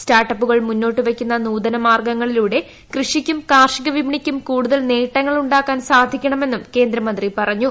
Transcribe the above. സ്റ്റാർട്ടപ്പുകൾ മുന്നോട്ട് വയ്ക്കുന്ന നൂതനമാർഗ്ഗങ്ങളിലൂടെ കൃഷിക്കും കാർഷികവിപണിക്കും കൂടുതൽ നേട്ടങ്ങൾ ഉ ാക്കാൻ സാധിക്കണമെന്നും കേന്ദ്രധനമന്ത്രി പറഞ്ഞു